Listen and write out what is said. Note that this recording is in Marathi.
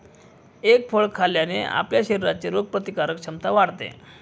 एग फळ खाल्ल्याने आपल्या शरीराची रोगप्रतिकारक क्षमता वाढते